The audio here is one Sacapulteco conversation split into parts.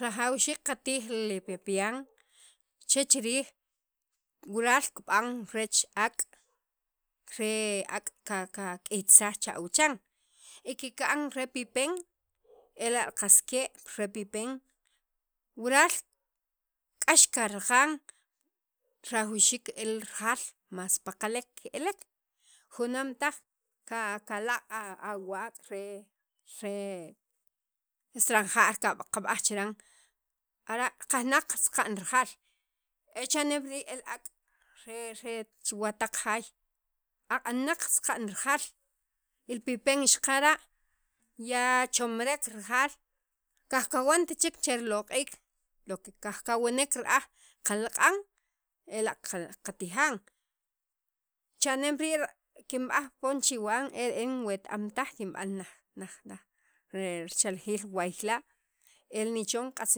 Rajawxik qatij li pepian che chirij wural kib'an rech ak' are k' kak'iytisaj pa awuchan y kikan re pipen ela' qas ke' re pipen wural k'ax karaqan rajawxiik el rajaw mas paqalek ke'elek junam taj kalaq' awak' re estranjar qab'aj chiran ara' qajnaq saqa'n rijal e chanem rii' el ak' re re wataq jaay aq'anaq saqa'n rijal el pipen xaqara' chomrek rijal kajkawantichek che riloq'ik wa kajkawanek ra'aj che riloq'ik wa kajkawanik ra'aj qalaq'an ela' qatijan chanemri' kinb'aj pon chiwan ere'n weta'm taj kinb'an richaljiil waay la' e nichon q'atz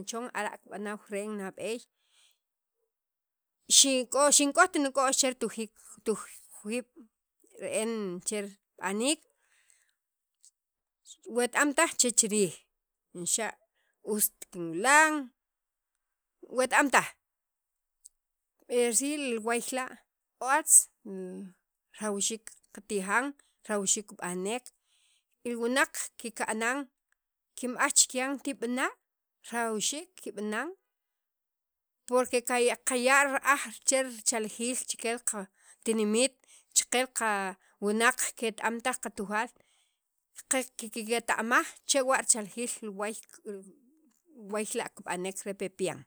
nichon elara' kib'anaw ren nab'eey xinkojt nik'o'x che tujik tujik en che rib'anik weta'am taj che chirij xa ust kinwilan weta'm taj e si waay la' otz rajawxik qatijan rajawxik kib'anek li wunaq kika'nan kinb'aj chikyan kika'na' rajawxiik kika'nan porque qaya' ra'aj che richaljil che katinimit chike qawunaq keta'mtaj qatujaal qiketa'maj chewa' richaljil jun waay jun waay la' kib'anek re pepian.